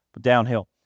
downhill